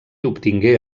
obtingué